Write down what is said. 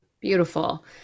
Beautiful